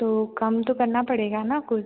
तो कम तो करना पड़ेगा ना कुछ